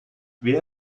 wer